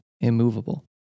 immovable